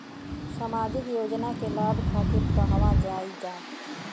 सामाजिक योजना के लाभ खातिर कहवा जाई जा?